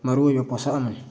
ꯃꯔꯨꯑꯣꯏꯕ ꯄꯣꯠꯁꯛ ꯑꯃꯅꯤ